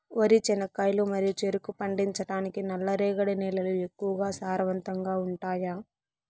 వరి, చెనక్కాయలు మరియు చెరుకు పండించటానికి నల్లరేగడి నేలలు ఎక్కువగా సారవంతంగా ఉంటాయా?